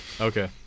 Okay